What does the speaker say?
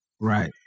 Right